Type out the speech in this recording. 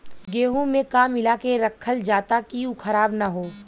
गेहूँ में का मिलाके रखल जाता कि उ खराब न हो?